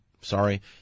sorry